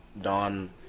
Don